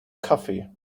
coffee